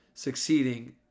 Succeeding